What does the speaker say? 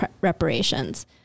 reparations